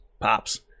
pops